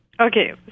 Okay